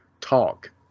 talk